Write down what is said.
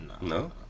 No